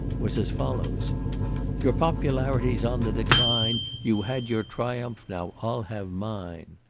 was as follows your popularity's on the decline you had your triumph! now i'll have mine.